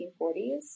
1940s